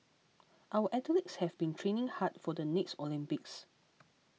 our athletes have been training hard for the next Olympics